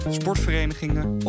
sportverenigingen